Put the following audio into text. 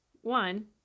one